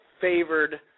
favored